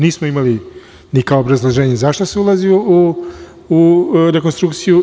Nismo imali ni kao obrazloženje zašto se ulazi u rekonstrukciju.